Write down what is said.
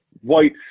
White